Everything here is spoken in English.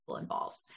involved